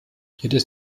jedes